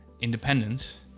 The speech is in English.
independence